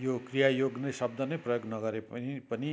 यो क्रियायोग नै शब्द नै प्रयोग नगरे पनि पनि